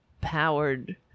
powered